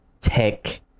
tech